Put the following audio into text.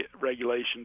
regulations